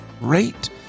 rate